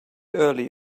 early